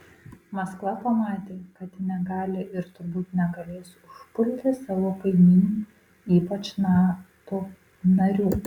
maskva pamatė kad ji negali ir turbūt negalės užpulti savo kaimynų ypač nato narių